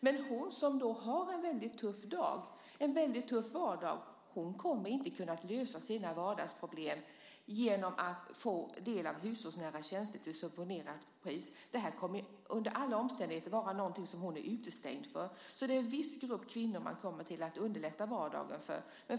Men hon, som har en väldigt tuff vardag, kommer inte att kunna lösa sina vardagsproblem genom att få del av hushållsnära tjänster till subventionerat pris. Det här kommer under alla omständigheter att vara någonting som hon är utestängd från. Det är en viss grupp kvinnor som man kommer att underlätta vardagen för.